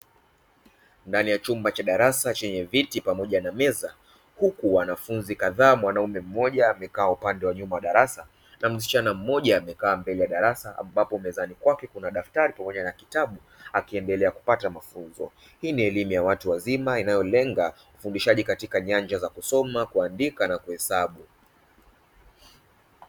Ndani ya chumba cha darasa chenye viti pamoja na meza huku wanafunzi kadhaa mwanaume mmoja amekaa upande wa nyuma wa darasa na msichana mmoja amekaa mbele ya darasa ambapo mezani kwake kuna daftari pamoja na kitabu akiendelea kupata mafunzo. Hii ni elimu ya watu wazima inayolenga ufundishaji katika nyanja za kusoma, kuandika na kuhesabu.